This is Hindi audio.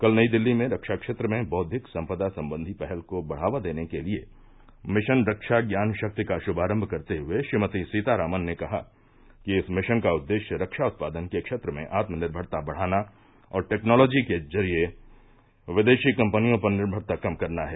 कल नई दिल्ली में रक्षा क्षेत्र में बौद्विक संपदा संबंधी पहल को बढ़ावा देने र्के लिए मिशन रक्षा ज्ञान शक्ति का श्मारम करते हुए श्रीमती सीतारामन ने कहा कि इस मिशन का उद्देश्य रक्षा उत्पादन के क्षेत्र में आत्मनिर्भता बढ़ाना और टैक्नोलोजी के लिए विदेशी कम्पनियों पर निर्भरता कम करना है